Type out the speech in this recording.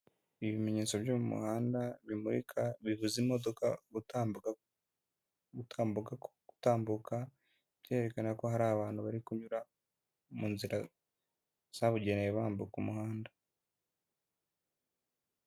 Ibimenyetso byo mu muhanda bimurika bivuza imodoka gutambuka, byeyerekana ko hari abantu bari kunyura mu nzira zabugenewe bambuka umuhanda.